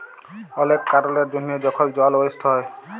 অলেক কারলের জ্যনহে যখল জল ওয়েস্ট হ্যয়